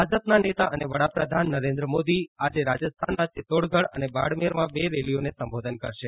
ભાજપના નેતા અને વડા પ્રધાન નરેન્દ્ર મોદી આજે રાજસ્થાનના ચિત્તોડગઢ અને બારમેરમાં બે રેલીઓને સંબોધન કરશે